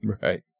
Right